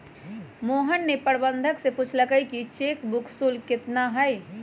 मोहन ने प्रबंधक से पूछल कई कि चेक बुक शुल्क कितना हई?